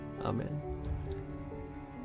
Amen